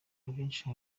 abenshi